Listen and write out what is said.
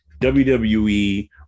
WWE